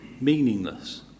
meaningless